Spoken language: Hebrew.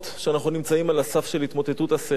שאנחנו נמצאים על הסף של התמוטטות הסכר.